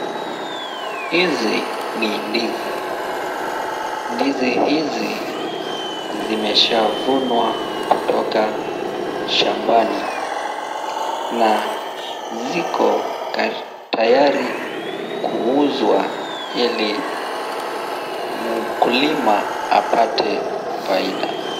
Hizi ni ndizi. Ndizi hizi zimesha vunwa kutoka shambani. Na ziko tayari kuuzwa ili mkulima apate faida.